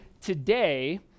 today